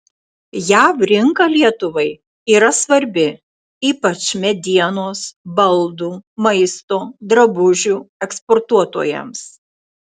jav rinka lietuvai yra svarbi ypač medienos baldų maisto drabužių eksportuotojams